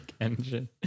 engine